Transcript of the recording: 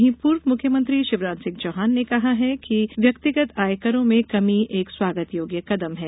वहीं पूर्व मुख्यमंत्री शिवराज सिंह चौहान ने कहा है कि व्यक्तिगत आय करों में कमी एक स्वागत योग्य कदम है